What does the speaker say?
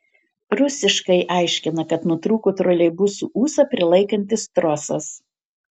rusiškai aiškina kad nutrūko troleibuso ūsą prilaikantis trosas